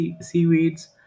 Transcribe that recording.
seaweeds